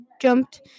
jumped